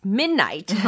midnight